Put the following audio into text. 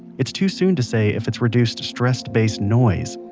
it's too soon to say if it's reduced stress based noise,